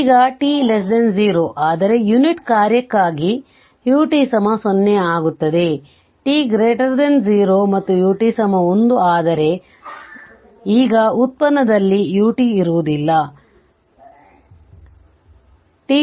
ಈಗt 0 ಆದರೆ ಯುನಿಟ್ ಕಾರ್ಯಕ್ಕಾಗಿ ut 0 ಆಗುತ್ತದೆ t0 ಮತ್ತು u1 ಆದರೆ ಈಗ ವ್ಯುತ್ಪನ್ನದಲ್ಲಿu ಇರುವುದಿಲ್ಲ ಇಲ್ಲ